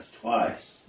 Twice